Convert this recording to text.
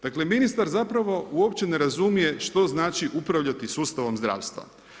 Dakle, ministar zapravo uopće ne razumije što znači upravljati sustavom zdravstva.